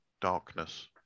darkness